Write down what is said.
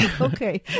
Okay